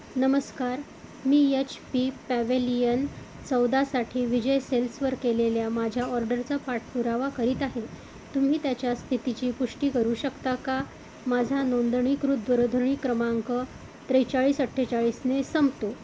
नमस्कार मी H P pavilion चौदासाठी विजय सेल्सवर केलेल्या माझ्या ऑर्डरचा पाठपुरावा करीत आहे तुम्ही त्याच्या स्थितीची पुष्टी करू शकता का माझा नोंदणीकृत दूरध्वनी क्रमांक त्रेचाळीस अठ्ठेचाळीसने संपतो